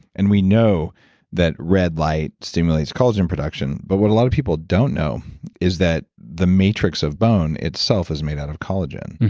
and we know that red light stimulates collagen production, but what a lot of people don't know is that the matrix of bone itself is made out of collagen.